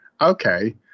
okay